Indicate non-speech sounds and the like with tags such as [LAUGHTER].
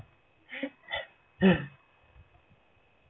[LAUGHS]